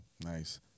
nice